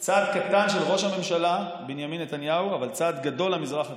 צעד קטן של ראש הממשלה בנימין נתניהו אבל צעד גדול למזרח התיכון: